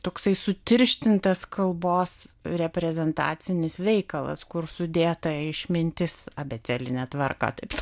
toksai sutirštintas kalbos reprezentacinis veikalas kur sudėta išmintis abėcėline tvarka taip